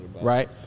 right